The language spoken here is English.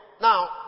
Now